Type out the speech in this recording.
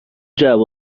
جعبه